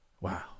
wow